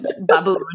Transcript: baboon